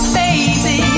baby